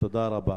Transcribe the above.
תודה רבה.